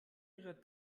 ihrer